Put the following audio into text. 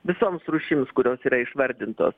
visoms rūšims kurios yra išvardintos